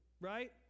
right